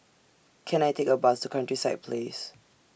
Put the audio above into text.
Can I Take A Bus to Countryside Place